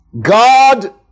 God